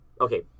okay